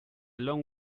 long